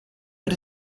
but